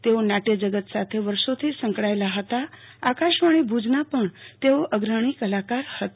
તેઓ નાટ્ય જગત સાથે વર્ષોથી સંકળાયેલા હતા આકાશવાણી ભુજના પણ તેઓ અગ્રણી કલાકાર હતા